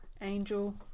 angel